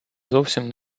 зовсім